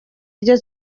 ryo